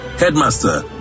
headmaster